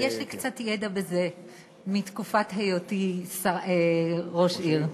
יש לי קצת ידע בזה מתקופת היותי ראש עיר.